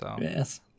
Yes